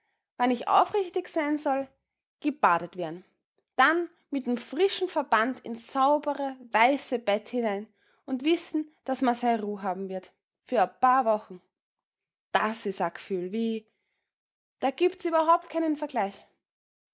wann ich aufrichtig sein soll gebadet wer'n dann mit'n frischen verband ins saubere weiße bett hinein und wissen daß ma sei ruh habn wird für a paar wochen das is a g'fühl wie da gibt's überhaupt kein vergleich